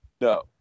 No